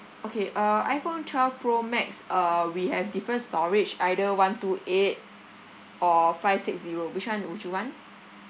okay uh iphone twelve pro max uh we have different storage either one two eight or five six zero which one would you want